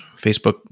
Facebook